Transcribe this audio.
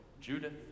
Judith